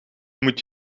moet